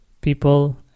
people